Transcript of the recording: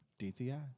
DTI